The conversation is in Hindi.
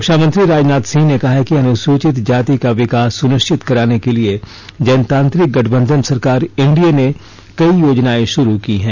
रक्षा मंत्री राजनाथ सिंह ने कहा है कि अनुसूचित जाति का विकास सुनिश्चित कराने के लिए जनतांत्रिक गठबंधन सरकार एनडीए ने कई योजनाएं शुरू की हैं